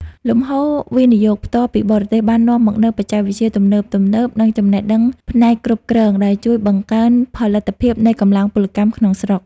លំហូរ វិនិយោគផ្ទាល់ពីបរទេស បាននាំមកនូវបច្ចេកវិទ្យាទំនើបៗ និងចំណេះដឹងផ្នែកគ្រប់គ្រង ដែលជួយបង្កើនផលិតភាពនៃកម្លាំងពលកម្មក្នុងស្រុក។